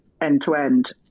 end-to-end